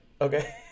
Okay